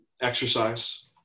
exercise